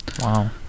wow